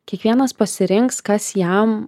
kiekvienas pasirinks kas jam